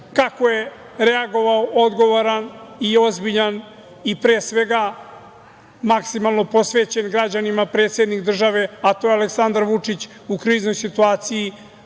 kako je reagovao odgovoran i ozbiljan i pre svega maksimalno posvećen građanima predsednik države, a to je Aleksandar Vučić, u kriznoj situaciji.